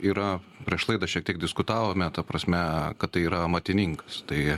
yra prieš laidą šiek tiek diskutavome ta prasme kad tai yra amatininkas tai